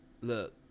Look